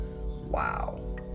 wow